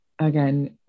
again